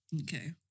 Okay